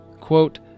Quote